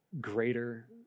greater